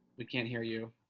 we can't hear you.